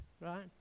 right